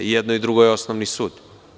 I jedno i drugo je osnovni sud.